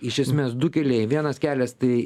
iš esmės du keliai vienas kelias tai